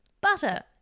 Butter